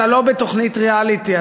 אתה לא בתוכנית ריאליטי,